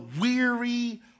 weary